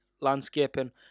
landscaping